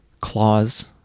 Claws